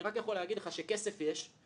אני רק יכול להגיד לך שכסף יש,